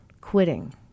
quitting